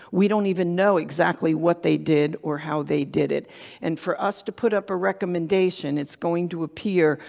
we don't even know exactly what they did or how they do it and for us to put up a recommendation, it's going to appear,